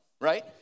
right